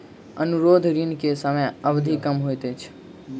अनुरोध ऋण के समय अवधि कम होइत अछि